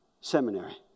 seminary